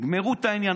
תגמרו את העניין,